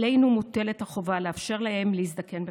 עלינו מוטלת החובה לאפשר להם להזדקן בכבוד.